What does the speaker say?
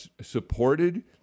supported